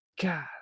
God